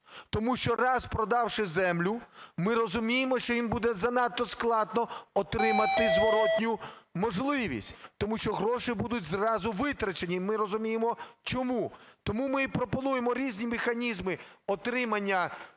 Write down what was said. Тому що, раз продавши землю, ми розуміємо, що їм буде занадто складно отримати зворотну можливість, тому що гроші будуть зразу витрачені, і ми розуміємо, чому. Тому ми і пропонуємо різні механізми отримання вартості